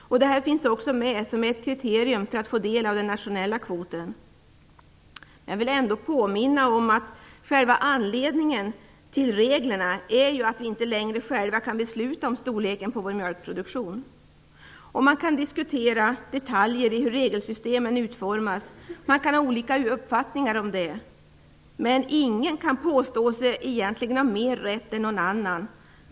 Detta finns också med som ett kriterium för att få del av den nationella kvoten. Men jag vill ändå påminna om att anledningen till reglerna är att vi inte längre själva kan besluta om storleken på vår mjölkproduktion. Man kan diskutera detaljer i hur regelsystemen utformas, och man kan ha olika uppfattningar om detta, men ingen kan påstå sig ha mer rätt än någon annan.